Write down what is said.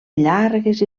llargues